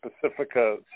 Pacifica